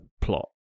plot